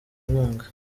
inkunga